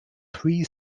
three